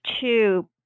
two